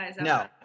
No